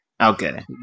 Okay